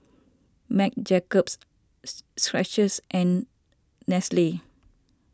Marc Jacobs Skechers and